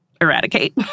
eradicate